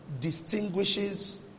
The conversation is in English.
Distinguishes